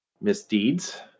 misdeeds